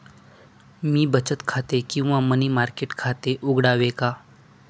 मी बचत खाते किंवा मनी मार्केट खाते उघडावे का?